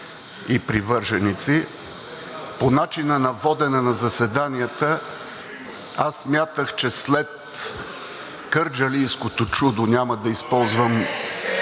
и привърженици. По начина на водене на заседанията аз смятах, че след кърджалийското чудо – няма да използвам